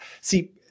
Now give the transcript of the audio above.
see